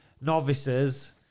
novices